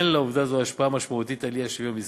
אין לעובדה זו השפעה משמעותית על האי-שוויון בישראל,